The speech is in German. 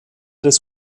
des